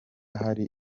hari